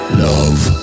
love